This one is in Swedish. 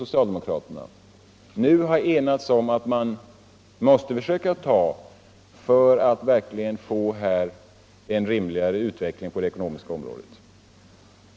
socialdemokraterna, nu har enats om för att verkligen få till stånd en rimligare utveckling på det ekonomiska området.